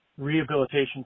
Rehabilitation